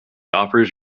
offers